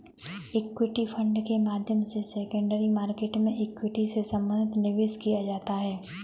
equity fund के माध्यम से सेकेंडरी मार्केट में इक्विटी से संबंधित निवेश किया जाता है